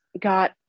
got